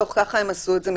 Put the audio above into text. ככה הם עשו את זה,